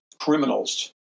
criminals